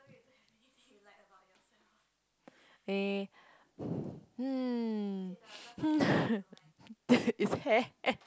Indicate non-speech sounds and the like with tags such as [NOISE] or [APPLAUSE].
eh okay [BREATH] mm [LAUGHS] it's hair